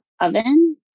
oven